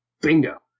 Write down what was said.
Bingo